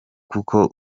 kuko